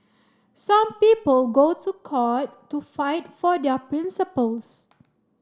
some people go to court to fight for their principles